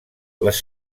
les